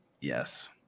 yes